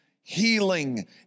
healing